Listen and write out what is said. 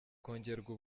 kongerwa